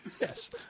Yes